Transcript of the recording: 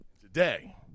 Today